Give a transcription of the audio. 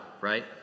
right